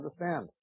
Understand